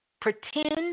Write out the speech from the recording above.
pretend